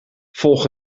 volg